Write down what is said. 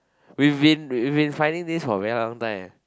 we've been we've been finding this for very long time